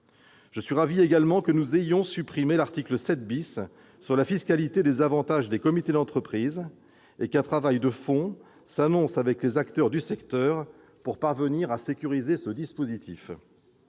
Je suis également ravi que nous ayons supprimé l'article 7 sur la fiscalité des avantages des comités d'entreprise et qu'un travail de fond s'annonce avec les acteurs du secteur pour parvenir à sécuriser ce dispositif.